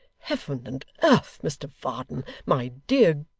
heaven and earth, mr varden, my dear,